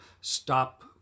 stop